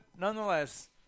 nonetheless –